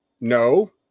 No